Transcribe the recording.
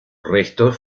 restos